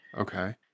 Okay